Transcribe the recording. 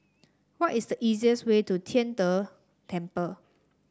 what is the easiest way to Tian De Temple